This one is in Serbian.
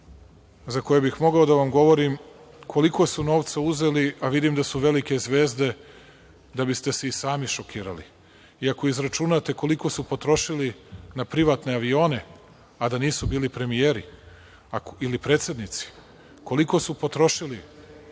za koje bih mogao da govorim koliko su novca uzeli, a vidim da su velike zvezde da bi ste se i sami šokirali. I ako izračunate koliko su potrošili na privatne avione, a da nisu premijeri ili predsednici, koliko su potrošili